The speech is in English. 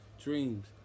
dreams